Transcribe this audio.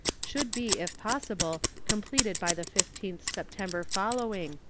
should be, if possible, completed by the fifteenth september following,